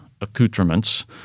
accoutrements